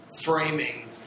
framing